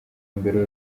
mbere